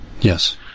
Yes